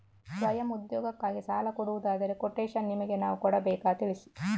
ಸ್ವಯಂ ಉದ್ಯೋಗಕ್ಕಾಗಿ ಸಾಲ ಕೊಡುವುದಾದರೆ ಕೊಟೇಶನ್ ನಿಮಗೆ ನಾವು ಕೊಡಬೇಕಾ ತಿಳಿಸಿ?